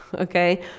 okay